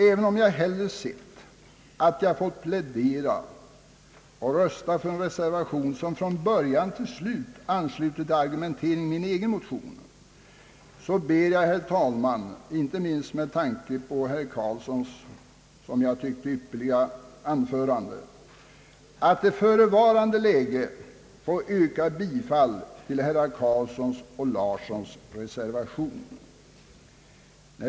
Även om jag hellre sett, att jag fått plädera för en reservation som från början till slut ansluter till argumenteringen i min egen motion, så ber jag, herr talman, inte minst med tanke på herr Eric Carlssons som jag tyckte ypperliga anförande, att i förevarande läge få yrka bifall till herrar Carlssons och Larssons reservation.